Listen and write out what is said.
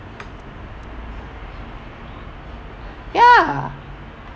ya